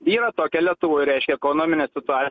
yra tokia lietuvoj reiškia ekonominė situacija